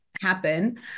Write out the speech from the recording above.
happen